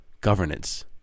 governance